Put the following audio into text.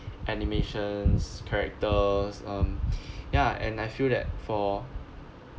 animations characters um ya and I feel that for